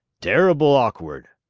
terrible awk'ard.